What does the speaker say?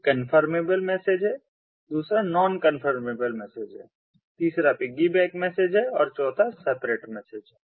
एक confirmable message है दूसरा नॉन कन्फर्मेबल मैसेज है तीसरा पिग्गीबैक मैसेज है और चौथा separateसेपरेट मैसेज है